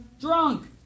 Drunk